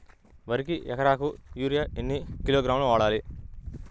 వరికి ఎకరాకు యూరియా ఎన్ని కిలోగ్రాములు వాడాలి?